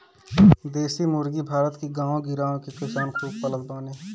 देशी मुर्गी भारत के गांव गिरांव के किसान खूबे पालत बाने